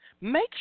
make